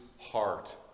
heart